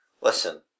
Listen